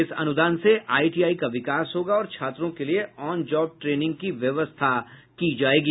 इस अनुदान से आईटीआई का विकास होगा और छात्रों के लिए ऑन जॉब ट्रेनिंग की व्यवस्था की जायेगी